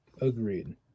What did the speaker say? Agreed